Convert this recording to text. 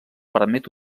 permet